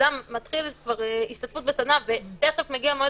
אדם כבר מתחיל השתתפות בסדנה ותיכף מגיע מועד